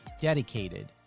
dedicated